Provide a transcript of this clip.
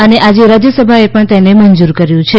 અને આજે રાજ્યસભાએ પણ તેને મંજૂર કર્યું છે